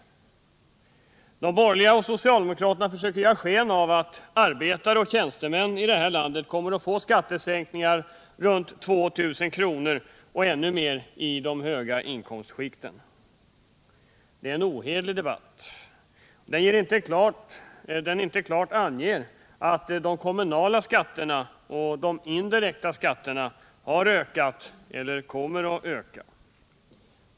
De borgerliga och socialdemokraterna försöker ge sken av att arbetare och tjänstemän i det här landet kommer att få skattesänkningar på omkring 2 000 kr. och ännu mer i de högre inkomstlägena. Det är en ohederlig debatt, som inte klart anger att de kommunala skatterna och de indirekta skatterna har ökat eller kommer att öka.